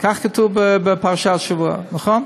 כך כתוב בפרשת השבוע, נכון?